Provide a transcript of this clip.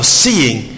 seeing